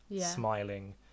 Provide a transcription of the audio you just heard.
smiling